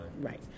right